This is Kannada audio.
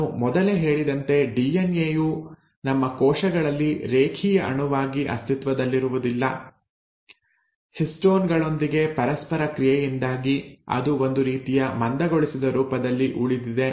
ನಾನು ಮೊದಲೇ ಹೇಳಿದಂತೆ ಡಿಎನ್ಎ ಯು ನಮ್ಮ ಕೋಶಗಳಲ್ಲಿ ರೇಖೀಯ ಅಣುವಾಗಿ ಅಸ್ತಿತ್ವದಲ್ಲಿರುವುದಿಲ್ಲ ಹಿಸ್ಟೋನ್ ಗಳೊಂದಿಗಿನ ಪರಸ್ಪರ ಕ್ರಿಯೆಯಿಂದಾಗಿ ಅದು ಒಂದು ರೀತಿಯ ಮಂದಗೊಳಿಸಿದ ರೂಪದಲ್ಲಿ ಉಳಿದಿದೆ